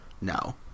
no